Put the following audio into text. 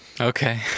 Okay